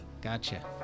gotcha